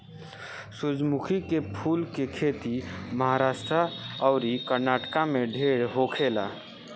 सूरजमुखी के फूल के खेती महाराष्ट्र अउरी कर्नाटक में ढेर होखेला